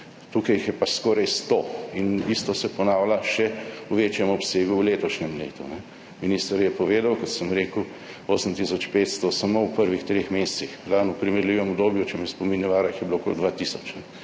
Tukaj jih je pa skoraj 100 in isto se ponavlja še v večjem obsegu v letošnjem letu. Minister je povedal, kot sem rekel, 8 tisoč 500 samo v prvih treh mesecih. Lani v primerljivem obdobju, če me spomin ne vara, jih je bilo okoli 2 tisoč.